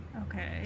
Okay